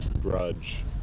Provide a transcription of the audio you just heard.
grudge